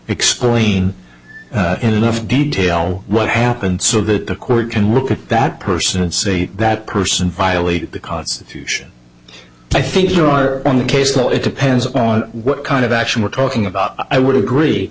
explain in enough detail what happened so that the court can look at that person and say that person violated the constitution i think you're on the case well it depends on what kind of action we're talking about i would agree